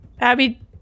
Abby